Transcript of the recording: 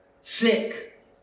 sick